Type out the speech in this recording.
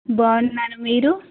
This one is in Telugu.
బాగున్నాను మీరు